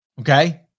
Okay